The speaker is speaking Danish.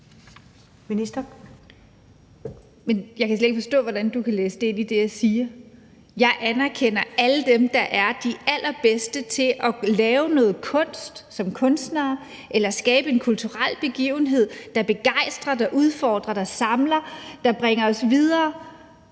Jeg kan slet ikke forstå, hvordan du kan læse det ind i det, jeg siger. Jeg anerkender alle dem, der er de allerbedste til at lave noget kunst som kunstnere eller skabe en kulturel begivenhed, der begejstrer, der udfordrer, der samler, der bringer os videre.